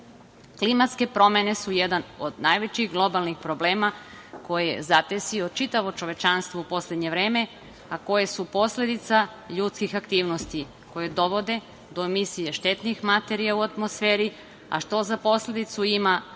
sredine. Klimatske promene su jedan od najvećih globalnih problema koje je zadesio čitavo čovečanstvo u poslednje vreme, a koje su posledica ljudskih aktivnosti koje dovode do emisije štetnih materija u atmosferi, a što za posledicu ima